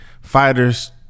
fighters